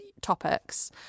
topics